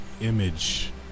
image